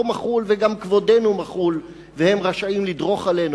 מחול וגם כבודנו מחול והם רשאים לדרוך עלינו,